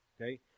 Okay